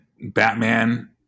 Batman